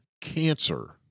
cancer